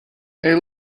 hey